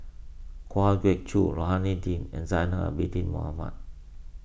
Kwa Geok Choo Rohani Din and Zainal Abidin Ahmad